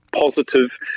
positive